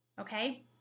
Okay